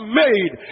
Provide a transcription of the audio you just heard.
made